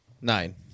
Nine